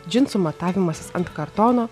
džinsų matavimasis ant kartono